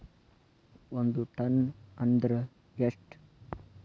ಒಂದ್ ಟನ್ ಅಂದ್ರ ಎಷ್ಟ?